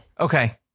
Okay